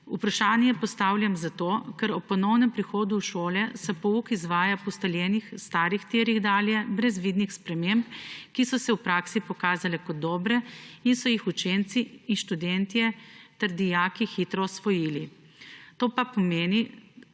Vprašanje postavljam zato, ker se ob ponovnem prihodu v šole pouk izvaja dalje po ustaljenih, starih tirih brez vidnih sprememb, ki so se v praksi pokazale kot dobre in so jih učenci in študentje ter dijaki hitro usvojili. To pa pomeni,